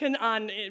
on